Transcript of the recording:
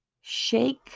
shake